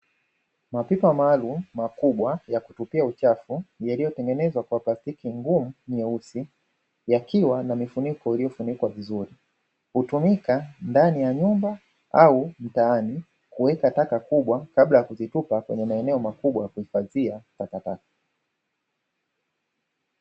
Mapipa maalum makubwa ya kutupia uchafu, yakiyotengenezwa kwa plastiki ngumu nyeusi. Yakiwa na mifuniko iliofunikwa vizuri hutumika ndani ya nyumba au mtaani kuweka taka kubwa kabla ya kuzitupa kwenye maeneo makubwa ya kuhifadhi takataka.